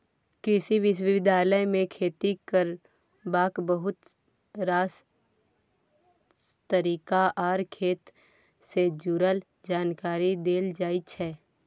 कृषि विश्वविद्यालय मे खेती करबाक बहुत रास तरीका आर खेत सँ जुरल जानकारी देल जाइ छै